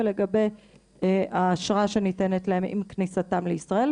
ולגבי האשרה שניתנת להם עם כניסתם לישראל,